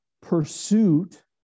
pursuit